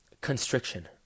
constriction